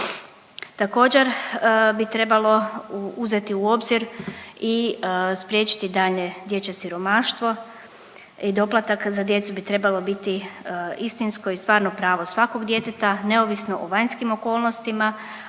Također bi trebalo uzeti u obzir i spriječiti daljnje dječje siromaštvo. Doplatak za djecu bi trebao biti istinsko i stvarno pravo svakog djeteta neovisno o vanjskim okolnostima,